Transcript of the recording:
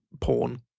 porn